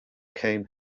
came